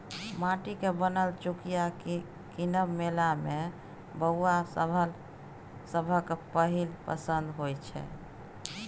माटिक बनल चुकिया कीनब मेला मे बौआ सभक पहिल पसंद होइ छै